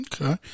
Okay